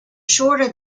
shorter